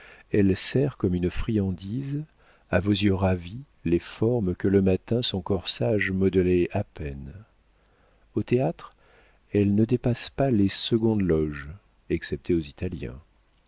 elle sert comme une friandise à vos yeux ravis les formes que le matin son corsage modelait à peine au théâtre elle ne dépasse pas les secondes loges excepté aux italiens